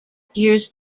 appears